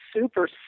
super